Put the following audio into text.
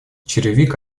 черевик